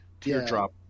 teardrop